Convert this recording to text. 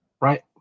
right